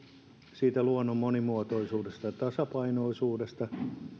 siitä luonnon monimuotoisuudesta ja tasapainoisuudesta